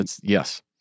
Yes